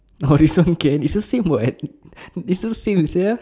oh this one can it's the same [what] isn't same with sia